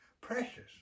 Precious